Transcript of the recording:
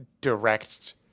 direct